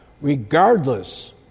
regardless